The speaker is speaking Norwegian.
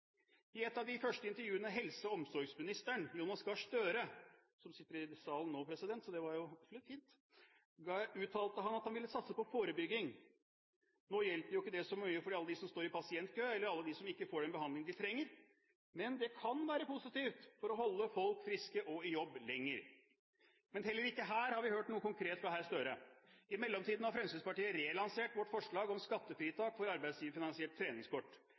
I et av de første intervjuene med helse- og omsorgsministeren, Jonas Gahr Støre – som sitter i salen nå, det var absolutt fint – uttalte han at han ville satse på forebygging. Nå hjelper ikke det så mye for alle dem som står i pasientkø, eller alle dem som ikke får den behandlingen de trenger, men det kan være positivt for å holde folk friske og i jobb lenger. Men heller ikke her har vi hørt noe konkret fra herr Støre. I mellomtiden har vi i Fremskrittspartiet relansert vårt forslag om skattefritak for arbeidsgiverfinansierte treningskort.